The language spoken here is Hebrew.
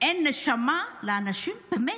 אין נשמה לאנשים, באמת?